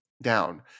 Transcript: down